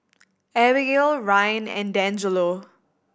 Abagail Ryne and Dangelo